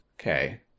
Okay